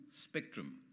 spectrum